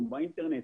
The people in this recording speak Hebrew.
גם באינטרנט